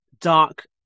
dark